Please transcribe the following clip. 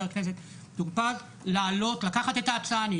הכנסת טור פז לקחת את ההצעה ולהעלות אותה.